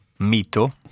mito